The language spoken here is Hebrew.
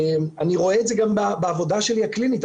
אני רואה את זה גם בעבודה הקלינית שלי.